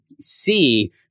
see